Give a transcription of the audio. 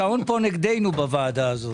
השעון פה נגדנו בוועדה הזאת.